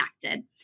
connected